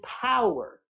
power